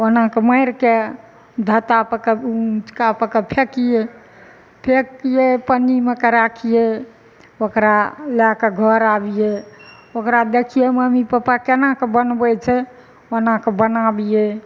ओना कऽ मारिके हत्तापरके ऊँचकापरके फेकियै फेकियै पन्नीमे कऽ राखियै ओकरा लए कऽ घर आबियै ओकरा देखियै मम्मी पप्पा केना कऽ बनबै छै ओना कऽ बनाबियै